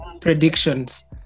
predictions